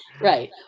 Right